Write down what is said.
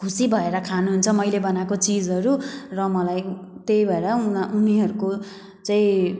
खुसी भएर खानुहुन्छ मैले बनाएको चिजहरू र मलाई त्यही भएर उनी उनीहरूको चाहिँ